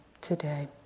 today